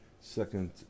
second